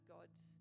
God's